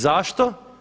Zašto?